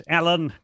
Alan